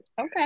Okay